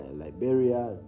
Liberia